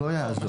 לא יעזור.